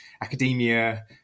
academia